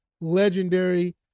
legendary